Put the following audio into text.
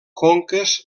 conques